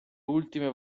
ultime